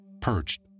perched